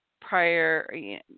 prior